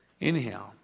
Anyhow